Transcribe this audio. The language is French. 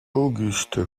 auguste